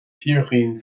fíorchaoin